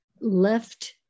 left